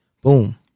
Boom